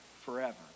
forever